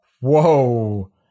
Whoa